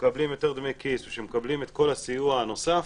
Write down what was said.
ושמקבלים יותר דמי כיס ושמקבלים את כל הסיוע הנוסף,